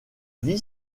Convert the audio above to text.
vie